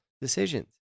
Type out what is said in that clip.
decisions